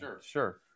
Sure